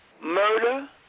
murder